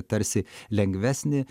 tarsi lengvesnį